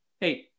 Hey